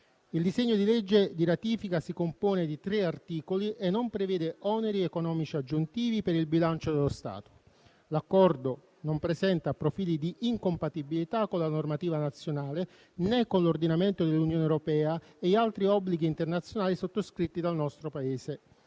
Il disegno di legge di ratifica si compone di tre articoli e non prevede oneri economici aggiuntivi per il bilancio dello Stato. L'accordo non presenta profili di incompatibilità con la normativa nazionale, né con l'ordinamento dell'Unione europea e con gli altri obblighi internazionali sottoscritti dal nostro Paese.